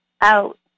out